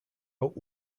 oak